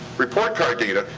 report card data.